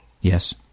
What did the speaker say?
yes